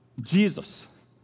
Jesus